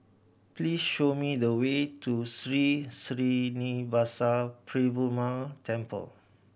please show me the way to Sri Srinivasa Perumal Temple